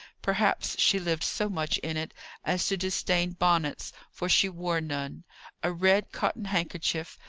perhaps she lived so much in it as to disdain bonnets, for she wore none a red cotton handkerchief,